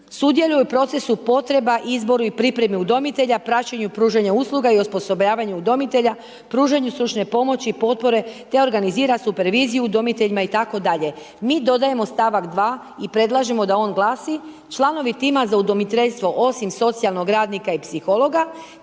sudjeluje u procesu potreba, izboru i pripremi udomitelja, praćenju pružanja usluga i osposobljavanju udomitelja, pružanju stručne pomoći potporu, te organizira superviziju udomiteljima itd. Mi dodajemo st. 2. i predlažemo da on glasi, članovi tima za udomiteljstvo osim socijalnog radnika i psihologa,